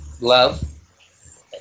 love